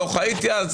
לא חייתי אז,